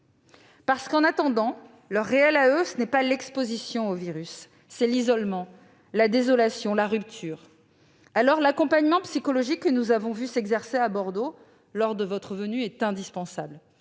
Car, en attendant, leur réel est moins l'exposition au virus que l'isolement, la désolation et la rupture. L'accompagnement psychologique que nous avons vu s'exercer à Bordeaux, lors de votre venue, est indispensable.